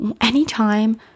anytime